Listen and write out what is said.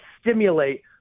stimulate